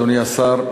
אדוני השר,